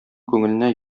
күңеленә